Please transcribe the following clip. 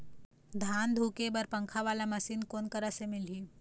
धान धुके बर पंखा वाला मशीन कोन करा से मिलही?